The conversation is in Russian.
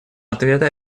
ответа